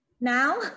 Now